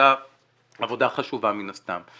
עשתה עבודה חשובה מן הסתם,